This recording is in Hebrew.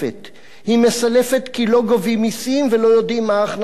היא מסלפת כי לא גובים מסים ולא יודעים מה ההכנסה האמיתית.